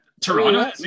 Toronto